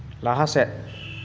ᱞᱟᱦᱟ ᱥᱮᱫ